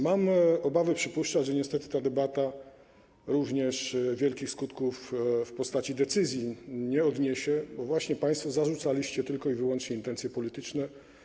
Mam obawy, mogę przypuszczać, że niestety ta debata również wielkich skutków w postaci decyzji nie odniesie, bo właśnie państwo zarzucaliście nam tylko i wyłącznie intencje polityczne.